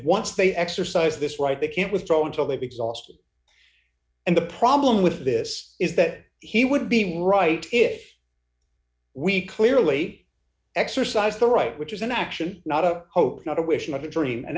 once they exercise this right they can't withdraw until they big soft and the problem with this is that he would be right if we clearly exercised the right which is an action not a hope not a wish my dream an